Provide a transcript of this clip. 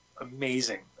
amazing